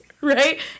right